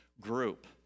group